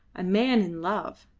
a man in love.